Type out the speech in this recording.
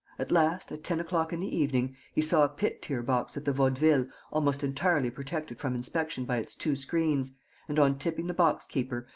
at last, at ten o'clock in the evening, he saw a pit-tier box at the vaudeville almost entirely protected from inspection by its two screens and, on tipping the boxkeeper,